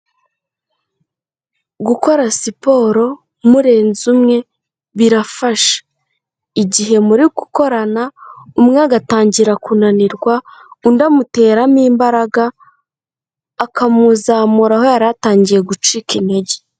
Gukora siporo murenze umwe birafasha, igihe muri gukorana, umwe agatangira kunanirwa undi amuteramo imbaraga, akamuzamura aho yaratangiye gucika intege.